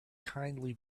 kindly